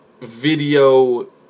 video